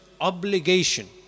obligation